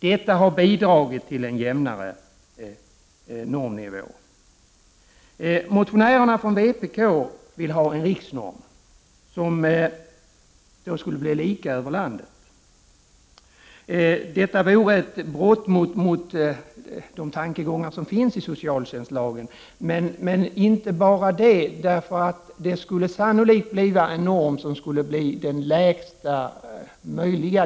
Detta har bidragit till en jämnare normnivå. Motionärerna från vpk vill ha en riksnorm som skulle bli lika över landet. Detta vore ett brott mot de tankegångar som finns i socialtjänstlagen. Men inte bara det. Det skulle sannolikt bli en norm som skulle bli den lägsta möjliga.